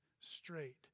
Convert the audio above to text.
straight